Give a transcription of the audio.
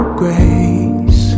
grace